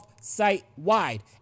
site-wide